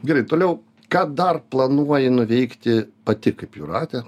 gerai toliau ką dar planuoji nuveikti pati kaip jūratė